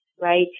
right